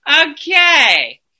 okay